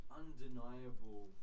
undeniable